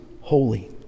holy